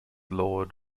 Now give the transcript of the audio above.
lord